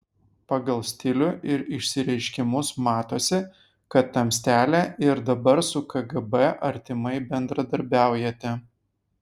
pagal stilių ir išsireiškimus matosi kad tamstelė ir dabar su kgb artimai bendradarbiaujate